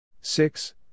Six